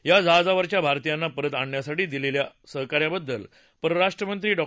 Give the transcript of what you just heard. या जहाजावरच्या भारतीयांना परत आणण्यासाठी दिलेल्या सहकार्याबद्दल परराष्ट्रमंत्री डॉ